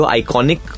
iconic